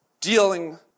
dealing